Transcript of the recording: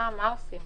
לילך,